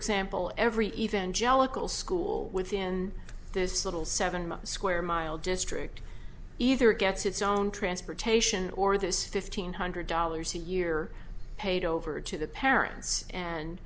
example every evangelical school within this little seven months square mile district either gets its own transportation or this fifteen hundred dollars a year paid over to the parents and